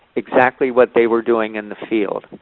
exactly what they were doing in the field.